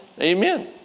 Amen